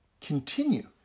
continue